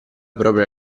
propria